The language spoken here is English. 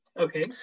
Okay